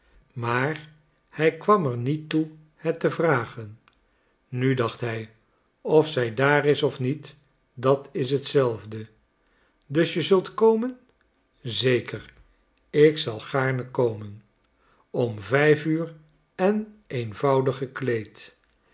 maar hij kwam er niet toe het te vragen nu dacht hij of zij daar is of niet dat is het zelfde je zult dus komen zeker ik zal gaarne komen om vijf uur en eenvoudig gekleed